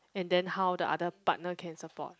and then how the other partner can support